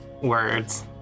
words